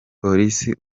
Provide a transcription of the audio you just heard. police